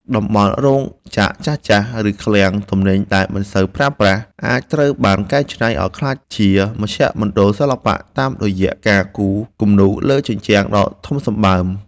តំបន់រោងចក្រចាស់ៗ ឬឃ្លាំងទំនិញដែលមិនសូវប្រើប្រាស់ អាចត្រូវបានកែច្នៃឱ្យក្លាយជាមជ្ឈមណ្ឌលសិល្បៈតាមរយៈការគូរគំនូរលើជញ្ជាំងដ៏ធំសម្បើម។